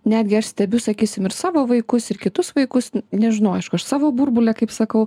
netgi aš stebiu sakysim ir savo vaikus ir kitus vaikus nežinau aišku aš savo burbule kaip sakau